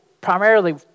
primarily